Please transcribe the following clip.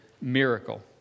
miracle